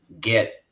get